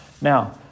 Now